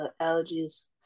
allergies